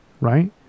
right